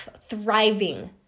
thriving